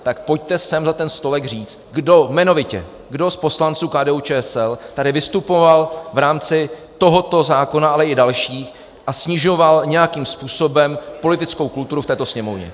Tak pojďte sem za ten stolek říct jmenovitě, kdo z poslanců KDUČSL tady vystupoval v rámci tohoto zákona, ale i dalších, a snižoval nějakým způsobem politickou kulturu v této Sněmovně.